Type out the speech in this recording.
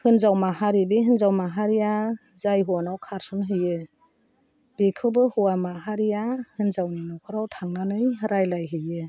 होन्जाव माहारि बे होन्जाव माहारिया जाय हौवानाव खारसन हैयो बेखौबो हौवा माहारिया हिन्जावनि न'खराव थांनानै रायलायहैयो